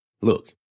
Look